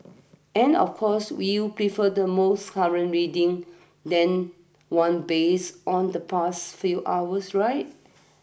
and of course when you'd prefer the most current reading than one based on the past few hours right